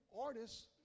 artists